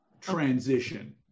transition